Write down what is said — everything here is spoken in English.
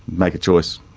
make a choice,